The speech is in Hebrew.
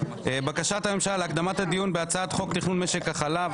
בקשת הממשלה להקדמת הדיון בהצעת חוק תכנון משק החלב (תיקון מס' 5),